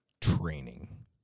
training